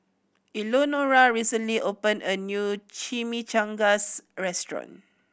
Eleonora recently opened a new Chimichangas restaurant